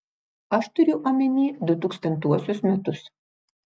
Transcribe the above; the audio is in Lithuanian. aš turiu omeny du tūkstantuosius metus